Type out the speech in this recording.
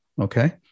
okay